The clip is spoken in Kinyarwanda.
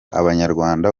abanyarwanda